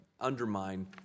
undermine